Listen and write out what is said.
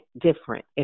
different